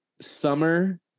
Summer